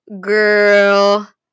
girl